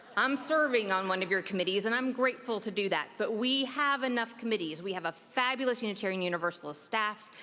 i'm serving on one of your committees and i'm grateful to do that, but we have enough committees. we have a fabulous unitarian universalist staff